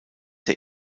der